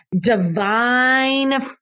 divine